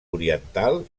oriental